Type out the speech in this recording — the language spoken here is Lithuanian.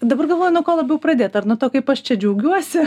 dabar galvoju nuo ko labiau pradėt ar nuo to kaip aš čia džiaugiuosi